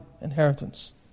inheritance